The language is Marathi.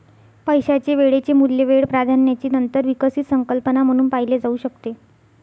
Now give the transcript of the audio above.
पैशाचे वेळेचे मूल्य वेळ प्राधान्याची नंतर विकसित संकल्पना म्हणून पाहिले जाऊ शकते